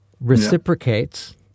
reciprocates